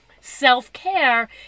Self-care